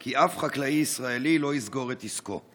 כי אף חקלאי ישראלי לא יסגור את עסקו?